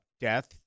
death